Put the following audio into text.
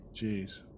Jeez